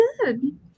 good